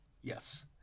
Yes